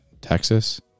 Texas